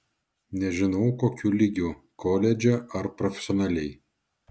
nežinau kokiu lygiu koledže ar profesionaliai